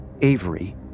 Avery